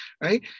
right